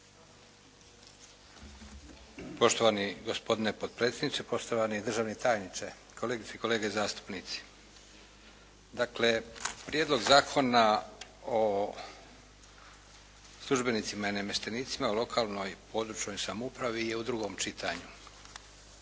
Poštovani gospodine potpredsjedniče, poštovani državni tajniče, kolegice i kolege zastupnici. Dakle, Prijedlog zakona o službenicima i namještenicima u lokalnoj, područnoj samoupravi je u drugom čitanju.